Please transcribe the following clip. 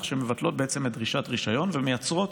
שמבטלות בעצם את דרישת הרישיון ומייצרות